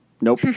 Nope